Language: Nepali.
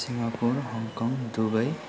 Singapore Hong Kong Dubai